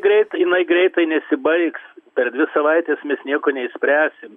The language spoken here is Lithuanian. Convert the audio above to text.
greit jinai greitai nesibaigs per dvi savaites mes nieko neišspręsim